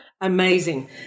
amazing